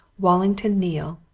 wallington neale,